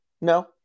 No